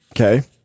Okay